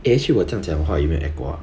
eh actually 我这样讲话有没有 echo ah